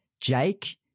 Jake